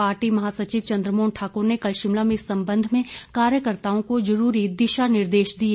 party महासचिव चंद्रमोहन ठाकुर ने कल शिमला में इस संबंध में कार्यकर्ताओं को जरूरी दिशा निर्देश दिए